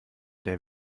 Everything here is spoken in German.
der